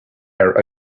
are